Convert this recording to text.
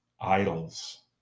idols